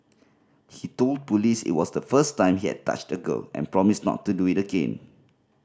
he told police it was the first time he had touched a girl and promised not to do it again